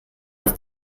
auf